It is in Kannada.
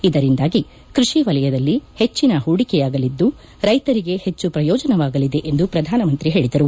ಇದರಿಂದಾಗಿ ಕೃಷಿ ವಲಯದಲ್ಲಿ ಹೆಚ್ಚನ ಹೂಡಿಕೆಯಾಗಲಿದ್ದು ರೈತರಿಗೆ ಹೆಚ್ಚು ಶ್ರಯೋಜವಾಗಲಿದೆ ಎಂದು ಶ್ರಧಾನಮಂತ್ರಿ ಹೇಳಿದರು